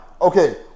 Okay